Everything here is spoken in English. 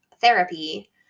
therapy